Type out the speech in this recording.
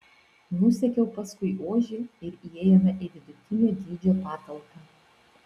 nusekiau paskui ožį ir įėjome į vidutinio dydžio patalpą